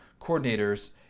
coordinators